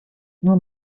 nur